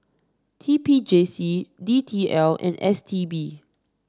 T P J C D T L and S T B